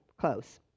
close